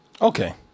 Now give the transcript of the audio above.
Okay